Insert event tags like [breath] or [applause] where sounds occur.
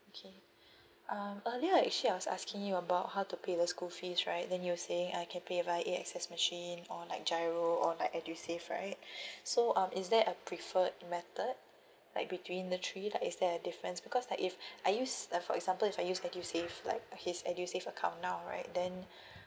okay um earlier actually I was asking you about how to pay the school fees right then you were saying I can pay by A_X_S machine or like GIRO or like edusave right [breath] so um is there a preferred method like between the three like is there a difference because like if [breath] I use like for example if I use edusave like uh his edusave account now right then [breath]